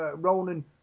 Ronan